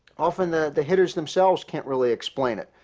often the the hitters themselves can't really explain it.